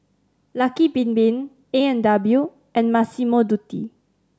Lucky Bin Bin A And W and Massimo Dutti